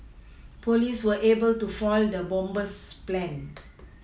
police were able to foil the bomber's plans